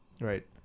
Right